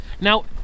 Now